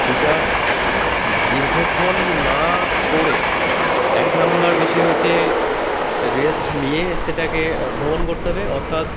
সেটা দীর্ঘক্ষণ না করে এক নম্বর বিষয় হচ্ছে রেস্ট নিয়ে সেটাকে ভ্রমণ করতে হবে অর্থাৎ